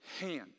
hand